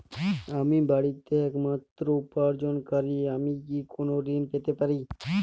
আমি বাড়িতে একমাত্র উপার্জনকারী আমি কি কোনো ঋণ পেতে পারি?